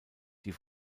die